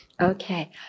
Okay